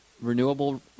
renewable